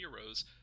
heroes